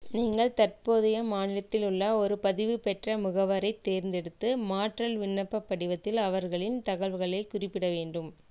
நீங்கள் தற்போதைய மாநிலத்தில் உள்ள ஒரு பதிவுபெற்ற முகவரைத் தேர்ந்தெடுத்து மாற்றல் விண்ணப்பப் படிவத்தில் அவர்களின் தகவல்களைக் குறிப்பிட வேண்டும்